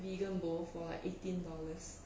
vegan bowl for like eighteen dollars